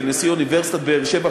כנשיא אוניברסיטת באר-שבע,